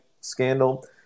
scandal